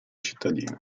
cittadino